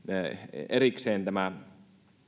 erikseen